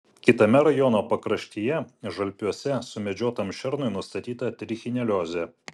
kitame rajono pakraštyje žalpiuose sumedžiotam šernui nustatyta trichineliozė